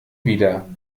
wieder